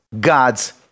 God's